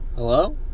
Hello